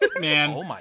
Man